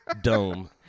dome